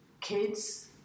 Kids